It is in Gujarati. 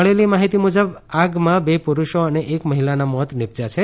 મળેલ માહિતી મુજબ આ આગમાં બે પુરુષો અને એક મહિલાના મોત નીપશ્યા છે